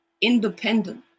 independent